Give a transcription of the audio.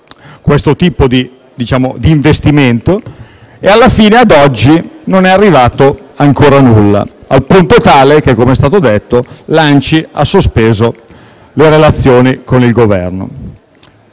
questo tipo di investimento e alla fine, ad oggi, non è arrivato ancora nulla, al punto tale che, come è stato detto, l'ANCI ha sospeso le relazioni con il Governo.